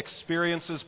experiences